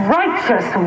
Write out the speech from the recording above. righteous